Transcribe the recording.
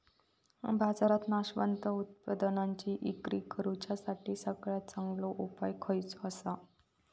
बाजारात नाशवंत उत्पादनांची इक्री करुच्यासाठी सगळ्यात चांगलो उपाय खयचो आसा?